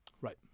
right